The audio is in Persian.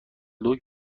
دوگ